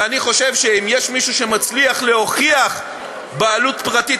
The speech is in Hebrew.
ואני חושב שאם יש מישהו שמצליח להוכיח בעלות פרטית,